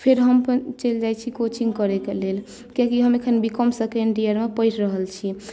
फेर हम अपन चलि जाइत छी कोचिंग करयके लेल कियाकि हम अखन बीकॉम सेकण्ड ईयरमे पढ़ि रहल छी